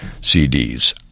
CDs